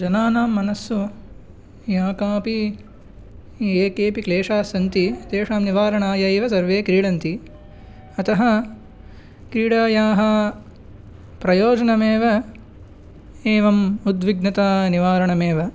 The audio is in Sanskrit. जनानां मनसि या कापि ये केपि क्लेशाः सन्ति तेषां निवारणाय एव सर्वे क्रीडन्ति अतः क्रीडायाः प्रयोजनमेव एवम् उद्विग्नता निवारणमेव